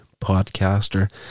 podcaster